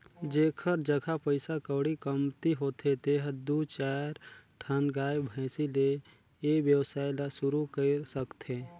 जेखर जघा पइसा कउड़ी कमती होथे तेहर दू चायर ठन गाय, भइसी ले ए वेवसाय ल सुरु कईर सकथे